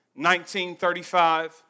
1935